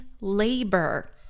labor